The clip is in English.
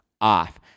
off